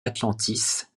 atlantis